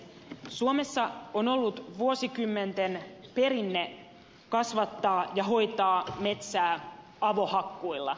suomessa on ollut vuosikymmenten perinne kasvattaa ja hoitaa metsää avohakkuilla